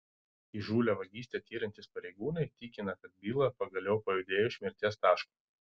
įžūlią vagystę tiriantys pareigūnai tikina kad byla pagaliau pajudėjo iš mirties taško